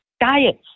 diets